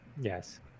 Yes